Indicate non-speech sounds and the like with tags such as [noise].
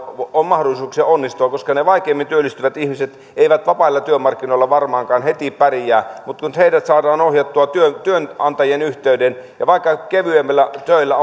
on mahdollisuuksia onnistua koska ne vaikeimmin työllistyvät ihmiset eivät vapailla työmarkkinoilla varmaankaan heti pärjää mutta kun heidät saadaan ohjattua työnantajien yhteyteen ja vaikka kevyemmillä töillä [unintelligible]